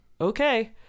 Okay